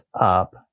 up